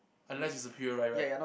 unless it's a